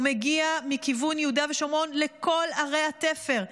הוא מגיע מכיוון יהודה ושומרון לכל ערי התפר.